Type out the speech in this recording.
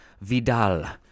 Vidal